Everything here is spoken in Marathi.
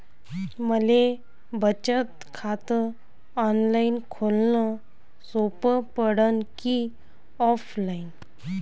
मले बचत खात ऑनलाईन खोलन सोपं पडन की ऑफलाईन?